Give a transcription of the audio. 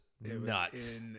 nuts